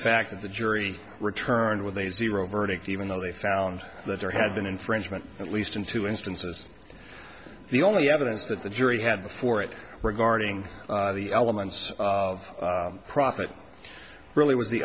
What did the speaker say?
fact that the jury returned with a zero verdict even though they found that there had been infringement at least in two instances the only evidence that the jury had for it regarding the elements of profit really was the